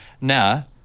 Now